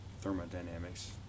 thermodynamics